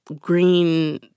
green